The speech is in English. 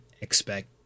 expect